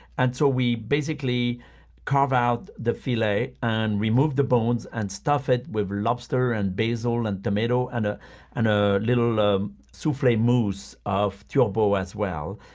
and so we basically carve out the filet and remove the bones, and stuff it with lobster, and basil, and tomato and ah and a little um souffle mousse of turbot as well,